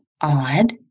odd